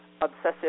obsessive